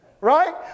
Right